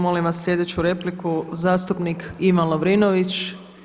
Molim vas slijedeću repliku zastupnik Ivan Lovrinović.